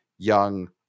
Young